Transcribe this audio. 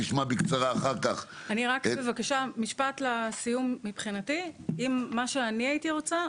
ואחר-כך בקצרה -- משפט לסיום מבחינתי: מה שאני הייתי רוצה,